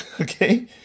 Okay